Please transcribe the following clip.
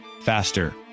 faster